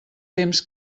temps